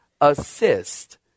assist